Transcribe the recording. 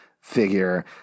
figure